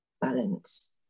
balance